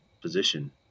position